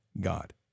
God